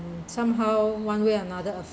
somehow one way or another